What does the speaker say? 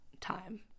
time